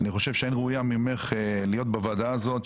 אני חושב שאין ראויה ממך להיות בוועדה הזאת,